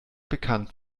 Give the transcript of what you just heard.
bekannt